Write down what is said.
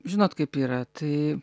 žinot kaip yra tai